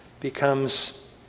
becomes